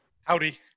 Howdy